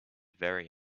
very